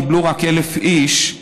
קיבלו רק 1,000 איש,